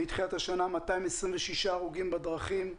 מתחילת השנה נהרגו בדרכים 226,